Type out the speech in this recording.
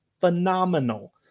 phenomenal